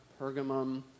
Pergamum